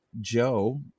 Joe